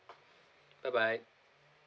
bye bye